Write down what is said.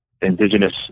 indigenous